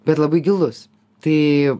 bet labai gilus tai